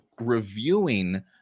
reviewing